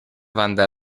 banda